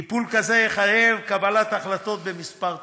2. טיפול כזה יחייב קבלת החלטות בכמה תחומים,